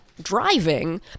driving